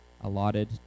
allotted